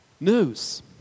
news